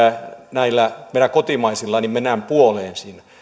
näillä meidän kotimaisilla mennään puoleen siinä